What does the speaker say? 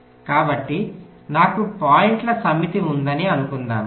కాబట్టి నాకు పాయింట్ల సమితి ఉందని అనుకుందాము